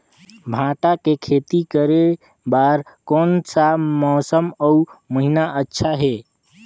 भांटा के खेती करे बार कोन सा मौसम अउ महीना अच्छा हे?